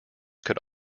could